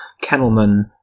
kennelman